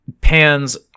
pans